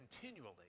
continually